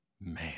man